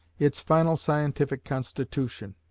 its final scientific constitution,